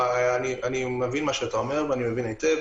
אני מבין מה שאתה אומר, ואני מבין היטב.